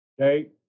Okay